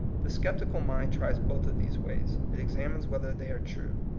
the sceptical mind tries both of these ways. it exam ines whether they are true.